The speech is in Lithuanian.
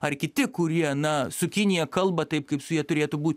ar kiti kurie na su kinija kalba taip kaip su ja turėtų būt